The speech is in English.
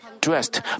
dressed